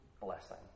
blessing